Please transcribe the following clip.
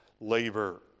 labor